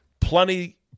Plenty